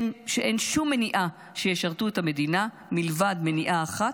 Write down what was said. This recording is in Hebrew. שאין שום מניעה שישרתו את המדינה מלבד מניעה אחת,